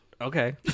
Okay